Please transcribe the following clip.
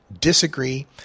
disagree